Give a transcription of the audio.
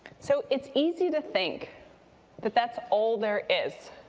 so it's easy to think that that's all there is.